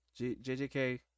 JJK